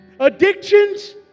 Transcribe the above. Addictions